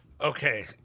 Okay